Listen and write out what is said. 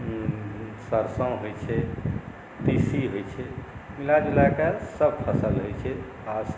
सरिसोँ होइ छै तीसी होइ छै मिलाजुलाकऽ सब फसल होइ छै आओर